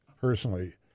personally